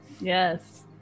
yes